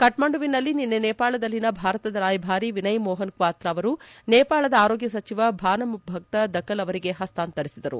ಕಾಕ್ಸಂಡುವಿನಲ್ಲಿ ನಿನ್ನೆ ನೇಪಾಳದಲ್ಲಿನ ಭಾರತದ ರಾಯಭಾರಿ ವಿನಯ್ ಮೋಹನ್ ಕ್ವಾತ್ರ ಅವರು ನೇಪಾಳದ ಆರೋಗ್ಲ ಸಚಿವ ಭಾನುಭಕ್ತ ದಕಲ್ ಅವರಿಗೆ ಹಸ್ತಾಂತರಿಸಿದರು